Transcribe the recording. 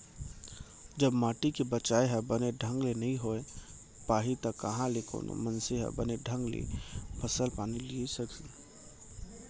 जब माटी के बचाय ह बने ढंग ले नइ होय पाही त कहॉं ले कोनो मनसे ह बने ढंग ले फसल पानी लिये सकही